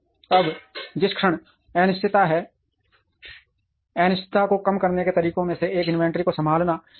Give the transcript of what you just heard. अब जिस क्षण अनिश्चितता है अनिश्चितता को कम करने के तरीकों में से एक इन्वेंट्री को संभालना है